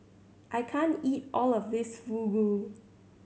I can't eat all of this Fugu